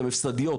הן הפסדיות,